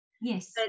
yes